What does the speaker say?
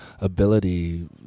ability